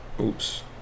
Oops